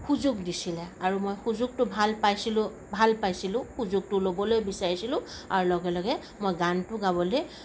সুযোগ দিছিলে আৰু মই সুযোগটো ভাল পাইছিলোঁ ভাল পাইছিলোঁ সুযোগটো ল'বলৈ বিচাৰিছিলোঁ আৰু লগে লগে মই গানটো গাবলৈ